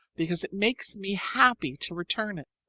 because it makes me happy to return it.